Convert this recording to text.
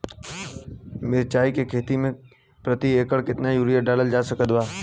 मिरचाई के खेती मे प्रति एकड़ केतना यूरिया डालल जा सकत बा?